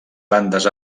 bandes